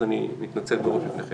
אז אני מתנצל מראש בפניכם